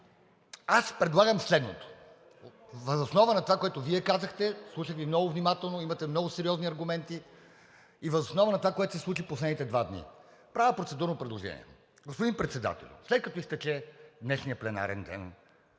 Аз предлагам следното; въз основа на това, което Вие казахте, слушах Ви много внимателно, имате много сериозни аргументи и въз основа на това, което се случи в последните два дни, правя процедурно предложение: господин Председател, след като изтече днешният пленарен ден,